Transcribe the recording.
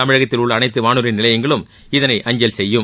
தமிழகத்தில் உள்ள அனைத்து வானொலி நிலையங்களும் அஞ்சல் செய்யும்